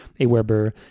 AWeber